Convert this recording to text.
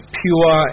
pure